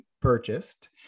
purchased